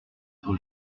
être